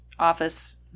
Office